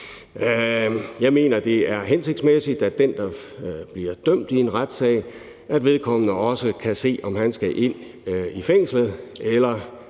Jeg mener, det er hensigtsmæssigt, at den, der bliver dømt i en retssag, også kan se, om vedkommende skal i fængsel eller